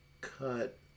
cut